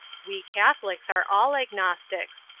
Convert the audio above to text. we catholics are all agnostics.